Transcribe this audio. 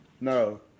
No